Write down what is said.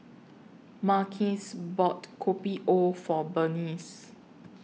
Marques bought Kopi O For Berniece